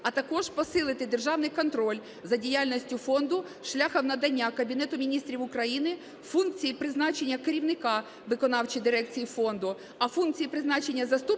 А також посилити державний контроль за діяльністю фонду шляхом надання Кабінету Міністрів України функцій призначення керівника виконавчої дирекції фонду, а функції призначення заступника